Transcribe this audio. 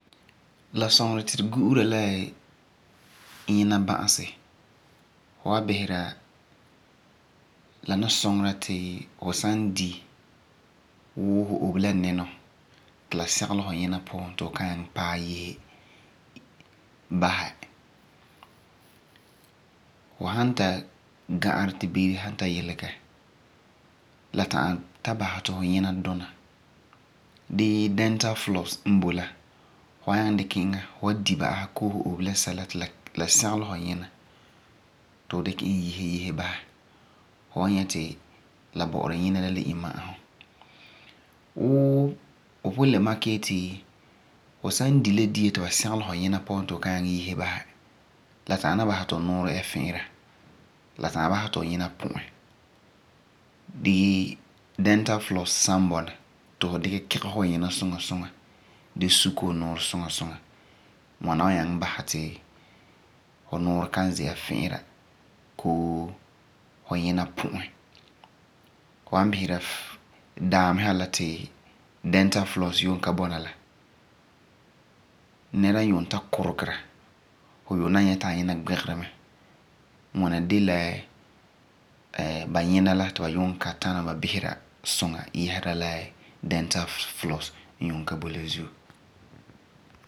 La suŋeri ti tu gu'ura la nyina ba'asi. Fu san bisera, la ni suŋera ti fu san di wuu fu obe la ninɔ ti la sɛ'ɛlɛ du nyina ti fu kan ta'am yese basɛ. Fu san ta ga'arɛ ti beere yilege la ta'am ta basɛ ti fu nyina tuna gee dental floss n boi la, fu wan nyaŋɛ dikɛ iŋa se'em ma'a ti fu di dia bii fu obe la ninɔ ti la yee fu nyina puan yese ba za'a basɛ. Wuu n makɛ yeti du san di dia bii fu obe la ninɔ ti la yes fu nuuren di beere yilege, la ta'am basɛ ti fu nuurɛ fi'ira bii fu nyina pu'ɛ. Gee dental floss san bɔna ti fu dikɛ kigese fu nyina suŋa suŋa gee sukɛ fu nuurɛ suŋa suŋa. Daamisa ha la ti dental floss yuum ka bɔna la, nɛra yuum ta kuregera fu yuum na nyɛ ti a nyina ŋmigeri mɛ. Ŋwana de la ba nyina la ti ba yuum ka tana ba bisera suŋa yɛsa la dental floss n yuuum ka boi la zuo.